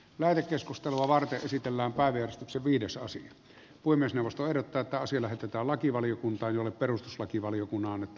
meillä keskustelua varten esitellään päiviä viidesasin puhemiesneuvosto ehdottaa että asia lähetetään lakivaliokuntaan jolle perustuslakivaliokunnan että